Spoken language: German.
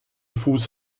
fuß